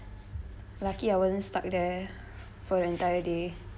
lucky I wasn't stuck there for the entire day